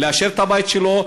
שיאשר את הבית שלו,